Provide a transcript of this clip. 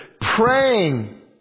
Praying